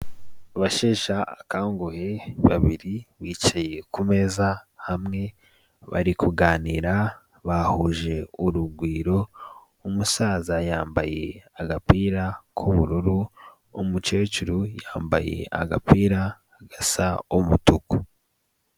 Abasheshe akanguhe babiri bicaye ku meza hamwe bari kuganira bahuje urugwiro, umusaza yambaye agapira k'ubururu umukecuru yambaye agapira gasa umutuku.